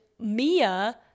Mia